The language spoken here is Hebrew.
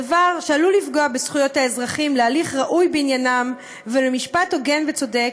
דבר שעלול לפגוע בזכויות האזרחים להליך ראוי בעניינם ולמשפט הוגן וצודק,